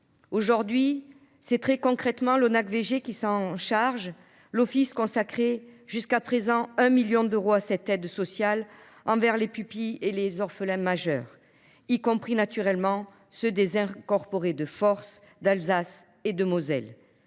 Aujourd’hui, c’est très concrètement l’ONACVG qui s’en charge. L’Office consacrait jusqu’à présent 1 million d’euros à cette aide sociale envers les pupilles et orphelins majeurs, y compris, naturellement, les descendants des incorporés de force d’Alsace et de Moselle.